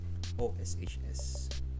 OSHS